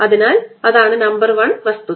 അതിനാൽ അതാണ് നമ്പർ 1 വസ്തുത